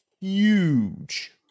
huge